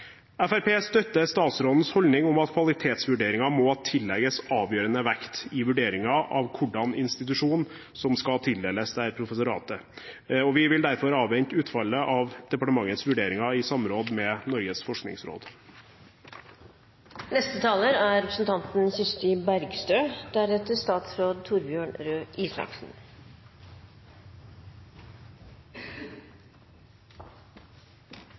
støtter statsrådens holdning om at kvalitetsvurderinger må tillegges avgjørende vekt i vurderingen av hvilken institusjon som skal tildeles dette professoratet. Vi vil derfor avvente utfallet av departementets vurderinger i samråd med Norges forskningsråd. Det å lære av historien er